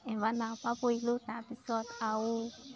এবাৰ নাও পা পৰিলোঁ তাৰপিছত আৰু